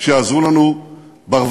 שיעזרו לנו ברווחה,